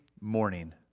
morning